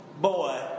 boy